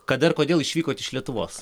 kada ir kodėl išvykote iš lietuvos